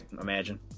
imagine